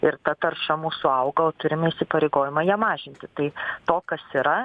ir ta tarša mūsų auga o turime įsipareigojimą ją mažinti tai to kas yra